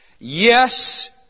Yes